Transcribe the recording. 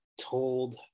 told